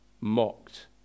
mocked